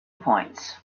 points